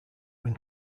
win